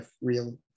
real